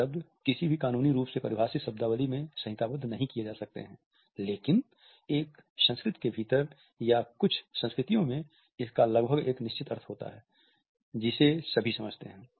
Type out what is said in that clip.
ये शब्द किसी भी कानूनी रूप से परिभाषित शब्दावली में संहिताबद्ध नहीं किये जा सकते है लेकिन एक संस्कृति के भीतर या कुछ संस्कृतियों में इसका लगभग एक निश्चित अर्थ होता है जिसे सभी समझते हैं